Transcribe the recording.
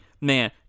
man